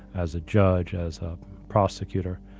as a judge as a prosecutor,